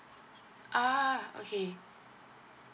ah okay